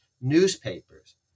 newspapers